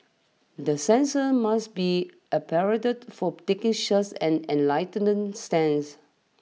the censors must be to for taking such an enlightened stance